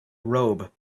robe